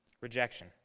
Rejection